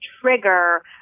trigger